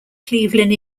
cleveland